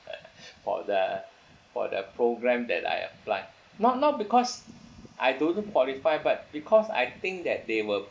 for the for the program that I apply not not because I don't qualify but because I think that they were